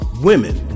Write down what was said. Women